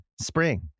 Spring